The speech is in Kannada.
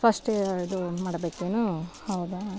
ಫಸ್ಟ ಇದು ಮಾಡಬೇಕೇನು ಹೌದಾ